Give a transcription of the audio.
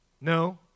No